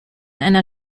einer